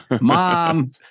Mom